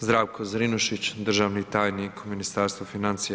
Zdravko Zrinušić, državni tajnik u Ministarstvu financija.